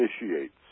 initiates